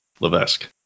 Levesque